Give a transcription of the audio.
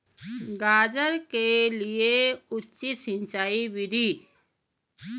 गाजर के लिए उचित सिंचाई विधि?